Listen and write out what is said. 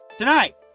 Tonight